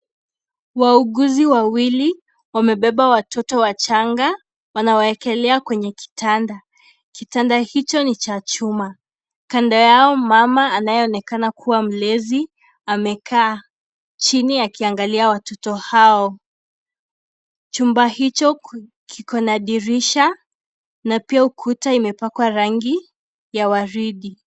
Wahuguzi wawili wamebeba watoto wachanga, wanawawekelea kwenye kitanda. Kitanda hicho ni cha chuma. Kando yao ni mama anayeonekana kuwa mlezi, amekaa chini akiangalia watoto hao. Chumba hicho kiko na dirisha na pia ukuta imepakwa rangi ya waridi.